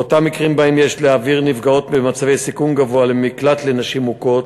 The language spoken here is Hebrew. באותם מקרים שבהם יש להעביר נפגעות במצבי סיכון גבוה למקלט לנשים מוכות,